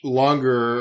longer